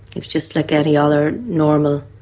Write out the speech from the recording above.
he was just like any other normal,